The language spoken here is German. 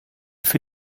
für